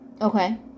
Okay